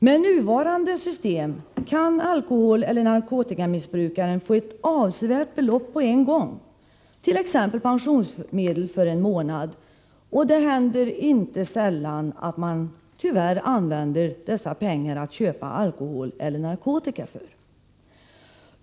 Med nuvarande system kan alkoholeller narkotikamissbrukare få ett avsevärt belopp på en gång, t.ex. pensionsmedel för en månad, och det händer tyvärr inte sällan att de använder dessa pengar till att köpa alkohol eller narkotika för.